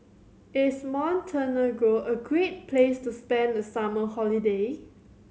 is Montenegro a great place to spend the summer holiday